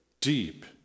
deep